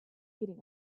heating